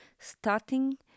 starting